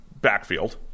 backfield